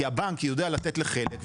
הבנק יודע לתת לחלק.